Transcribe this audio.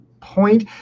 point